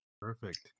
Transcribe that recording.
Perfect